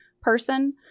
person